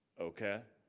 okay,